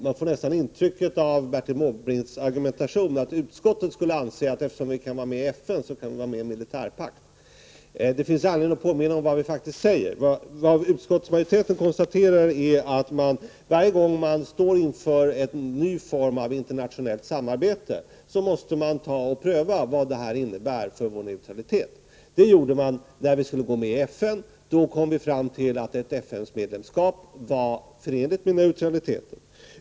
Man fick av Bertil Måbrinks argumentation nästan intrycket att utskottet skulle anse att eftersom vi kan vara med i FN kan vi vara medi en militärpakt. Det finns anledning att påminna om vad vi faktiskt säger. Utskottsmajoriteten konstaterar att varje gång man står inför en ny form av internationellt samarbete måste man pröva vad det innebär för vår neutralitet. Det gjorde vi när vi skulle gå med i FN. Då kom vi fram till att ett FN-medlemskap var förenligt med neutraliteten.